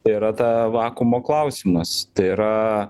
tai yra ta vakuumo klausimas tai yra